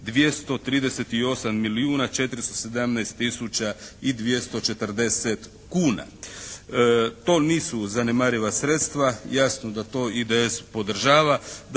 238 milijuna 417 tisuća i 240 kuna. To nisu zanemariva sredstva, jasno da to IDS podržava.